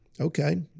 okay